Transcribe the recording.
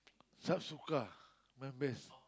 Sabsuka my best